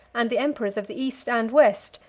and the emperors of the east and west,